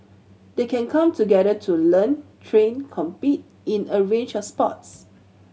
they can come together to learn train compete in a range of sports